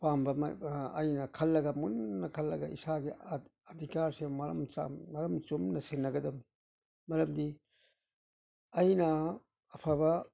ꯑꯄꯥꯝꯕ ꯑꯩꯅ ꯈꯜꯂꯒ ꯃꯨꯟꯅ ꯈꯜꯂꯒ ꯏꯁꯥꯒꯤ ꯑꯗꯤꯀꯥꯔꯁꯦ ꯃꯔꯝ ꯃꯔꯝ ꯆꯨꯝꯅ ꯁꯤꯟꯅꯒꯗꯕꯅꯤ ꯃꯔꯝꯗꯤ ꯑꯩꯅ ꯑꯐꯕ